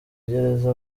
gereza